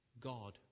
God